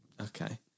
okay